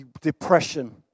depression